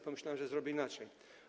Pomyślałem, że zrobię inaczej.